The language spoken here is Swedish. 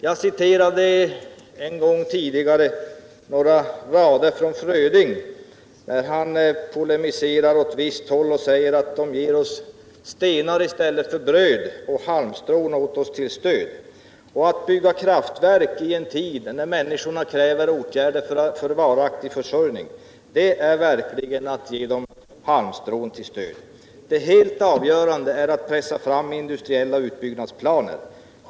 Jag citerade en gång tidigare några rader av Fröding, där han polemiserar åt visst håll och säger att de ger oss stenar i stället för bröd och halmstrån åt oss till stöd. Att bygga kraftverk i en tid då människorna kräver åtgärder för varaktig försörjning är verkligen att ge halmstrån till stöd. Det helt avgörande är att pressa fram industriella utbyggnadsplaner.